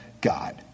God